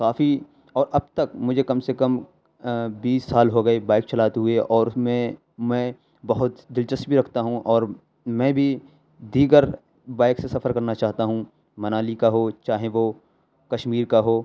کافی اور اب تک مجھے کم سے کم بیس سال ہوگئے بائک چلاتے ہوئے اور اس میں میں بہت دلچسپی رکھتا ہوں اور میں بھی دیگر بائک سے سفر کرنا چاہتا ہوں منالی کا ہو چاہے وہ کشمیر کا ہو